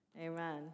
Amen